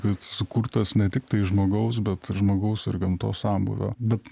kad sukurtas ne tiktai žmogaus bet žmogaus ir gamtos sambūvio bet